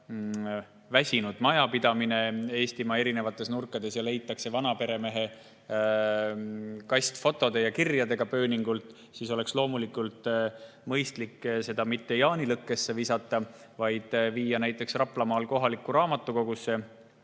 väsinud majapidamine Eestimaa eri nurkades ja pööningult leitakse vana peremehe kast fotode või kirjadega, siis oleks loomulikult mõistlik seda mitte jaanilõkkesse visata, vaid viia see näiteks Raplamaa kohalikku raamatukogusse,